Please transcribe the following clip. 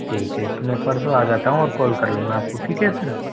ठीक है तो मैं परसों आ जाता हूँ और कॉल कर लूँगा आपको ठीक है फिर